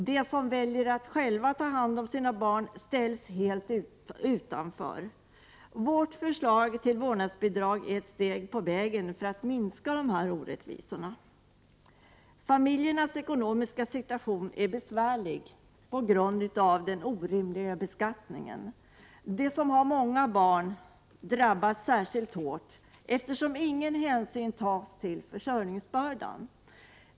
De som väljer att själva ta hand om sina barn ställs helt utanför. Vårt förslag till vårdnadsbidrag är ett steg på vägen för att minska dessa orättvisor. Familjernas ekonomiska situation är besvärlig på grund av den orimliga beskattningen. De som har många barn drabbas särskilt hårt, eftersom ingen hänsyn tas till försörjningsbördan.